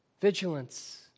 Vigilance